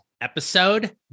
episode